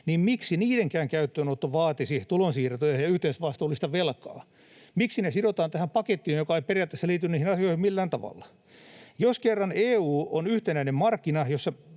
niin miksi niidenkään käyttöönotto vaatisi tulonsiirtoja ja yhteisvastuullista velkaa? Miksi ne sidotaan tähän pakettiin, joka ei periaatteessa liity niihin asioihin millään tavalla? Jos kerran EU on yhtenäinen markkina,